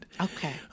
Okay